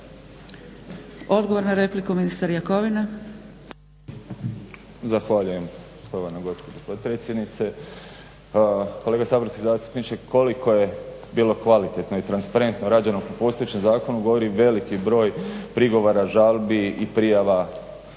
Odgovor na repliku, ministar Jakovina. **Jakovina, Tihomir (SDP)** Zahvaljujem štovana gospođo potpredsjednice. Kolega saborski zastupniče koliko je bilo kvalitetno i transparentno rađeno po postojećem zakonu govori veliki broj prigovora, žalbi i prijava